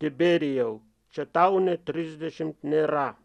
tiberijau čia tau nė trisdešimt nėra